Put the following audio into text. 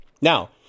Now